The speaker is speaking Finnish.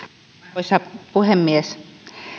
arvoisa puhemies